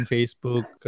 Facebook